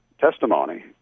testimony